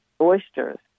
oysters